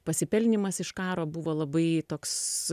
pasipelnymas iš karo buvo labai toks